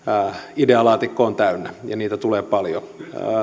idealaatikko on täynnä ja niitä tulee paljon